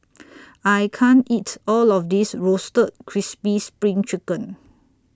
I can't eat All of This Roasted Crispy SPRING Chicken